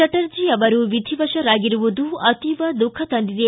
ಚಟರ್ಜಿ ಅವರು ವಿಧಿವಶರಾಗಿರುವುದು ಅತೀವ ದುಃಖ ತಂದಿದೆ